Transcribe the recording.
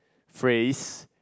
phrase